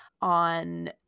on